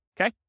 Okay